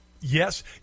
Yes